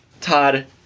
Todd